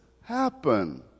happen